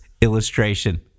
illustration